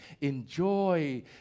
enjoy